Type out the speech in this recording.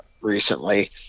recently